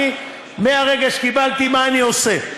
מהרגע שקיבלתי, מה אני עושה,